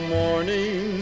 morning